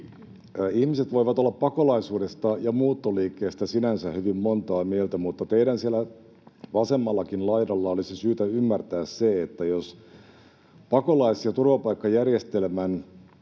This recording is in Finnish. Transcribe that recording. Ihmiset voivat olla pakolaisuudesta ja muuttoliikkeestä sinänsä hyvin montaa mieltä, mutta teidän siellä vasemmallakin laidalla olisi syytä ymmärtää se, että jos pakolais‑ ja turvapaikkajärjestelmän